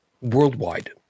worldwide